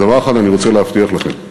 אבל דבר אחד אני רוצה להבטיח לכם: